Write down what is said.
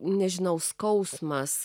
nežinau skausmas